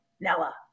Nella